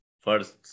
first